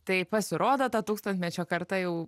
tai pasirodo ta tūkstantmečio karta jau